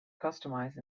customize